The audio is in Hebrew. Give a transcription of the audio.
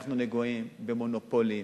אנחנו נגועים במונופולים,